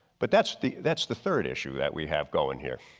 but that's the that's the third issue that we have going here.